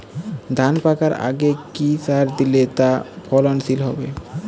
ধান পাকার আগে কি সার দিলে তা ফলনশীল হবে?